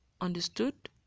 understood